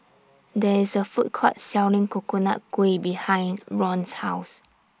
There IS A Food Court Selling Coconut Kuih behind Ron's House